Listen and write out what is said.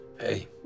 Hey